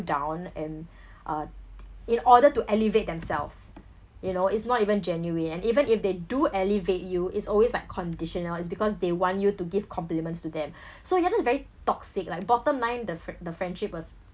down and uh in order to elevate themselves you know it's not even genuine and even if they do elevate you it's always like conditional it's because they want you to give compliments to them so they are just very toxic like bottom line the the friendship was